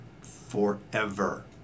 forever